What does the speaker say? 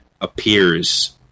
appears